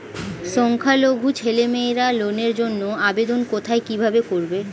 সংখ্যালঘু ছেলেমেয়েরা লোনের জন্য আবেদন কোথায় কিভাবে করবে?